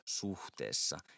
suhteessa